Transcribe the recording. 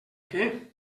què